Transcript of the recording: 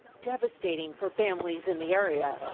devastating for families in the area.